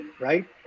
right